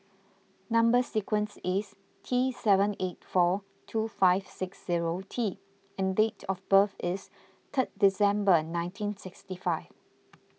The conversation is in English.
Number Sequence is T seven eight four two five six zero T and date of birth is third December nineteen sixty five